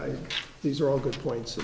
these are all good points